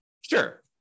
Sure